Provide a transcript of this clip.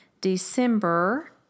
December